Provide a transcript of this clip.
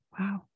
Wow